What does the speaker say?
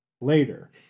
later